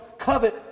covet